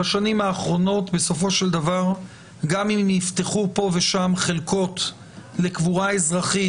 בסופו של דבר גם אם יפתחו פה ושם חלקות לקבורה אזרחית